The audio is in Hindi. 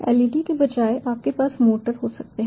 LED के बजाय आपके पास मोटर हो सकते हैं